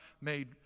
made